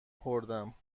خوردم